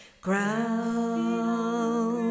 ground